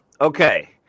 Okay